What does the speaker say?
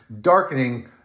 darkening